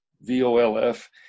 V-O-L-F